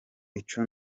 ico